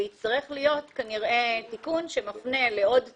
יצטרך להיות כנראה תיקון שמפנה לעוד תקן.